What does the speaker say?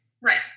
Right